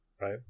right